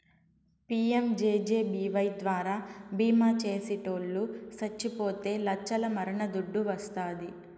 PMJJBY ద్వారా బీమా చేసిటోట్లు సచ్చిపోతే లచ్చల మరణ దుడ్డు వస్తాది